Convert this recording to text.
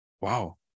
Wow